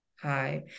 hi